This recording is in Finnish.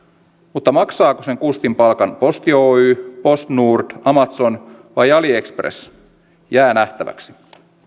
mutta se maksaako kustin palkan posti oy postnord amazon vai aliexpress jää nähtäväksi